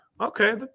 okay